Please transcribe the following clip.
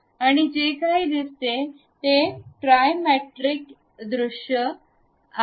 आणि जे काही दिसते ते ट्रायमेट्रिक दृश्य आहे